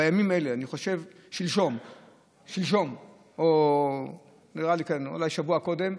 בימים אלה, אני חושב שלשום או אולי שבוע קודם,